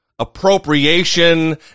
appropriation